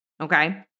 okay